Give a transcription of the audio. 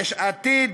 יש עתיד,